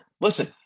listen